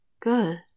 Good